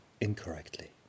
incorrectly